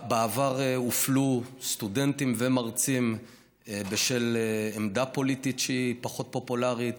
בעבר הופלו סטודנטים ומרצים בשל עמדה פוליטית שהיא פחות פופולרית,